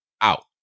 out